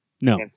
No